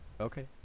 Okay